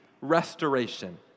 restoration